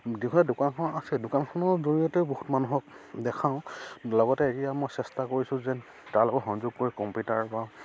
দীঘলীয়া দোকানখন আছে দোকানখনৰ জৰিয়তে বহুত মানুহক দেখাওঁ লগতে এতিয়া মই চেষ্টা কৰিছোঁ যে তাৰলগত সংযোগ কৰি কম্পিউটাৰ বা